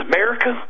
America